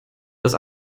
das